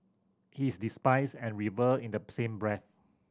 he is despised and revered in the same breath